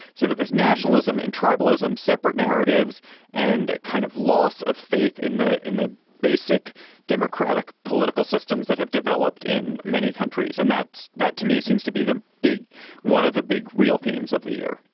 sort of this nationalism and tribalism, separate narratives and a kind of loss of faith in the in the basic democratic political systems that have developed in many countries. and that's that to me seems to be the big one of the big real themes of the year